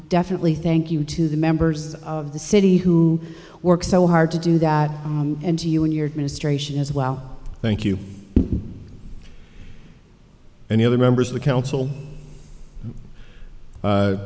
definitely thank you to the members of the city who work so hard to do that and to you and your ministration as well thank you and the other members of the council